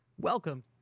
Welcome